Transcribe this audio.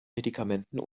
medikamenten